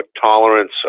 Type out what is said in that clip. tolerance